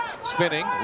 spinning